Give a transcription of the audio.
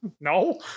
no